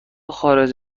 خارج